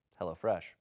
HelloFresh